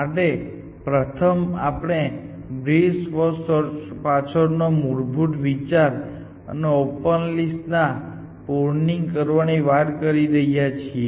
માટે પ્રથમ આપણે બ્રીથ ફર્સ્ટ પાછળનો મૂળભૂત વિચાર અને ઓપન લિસ્ટ ના પ્રુનિંગ કરવાની વાત કરી રહ્યા છીએ